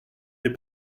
des